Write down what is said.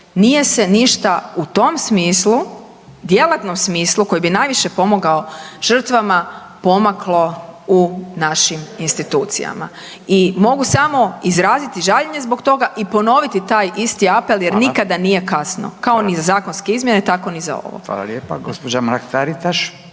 nije se ništa u tom smislu, djelatnom smislu koji bi najviše pomogao žrtvama pomaklo u našim institucijama. I mogu samo izraziti žaljenje zbog toga i ponoviti taj isti apel, jer nikada nije kasno kao ni za zakonske izmjene, tako i za ovo. **Radin, Furio (Nezavisni)**